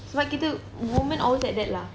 sebab kita women always like that lah